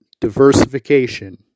diversification